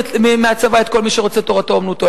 מהצבא את כל מי שרוצה תורתו-אומנותו,